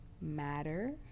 matter